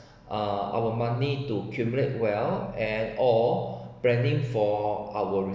uh our money to accumulate wealth and or planning for our